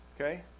Okay